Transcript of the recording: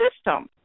system